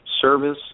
service